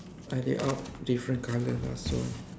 I lay out different colors ah so